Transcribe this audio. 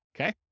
Okay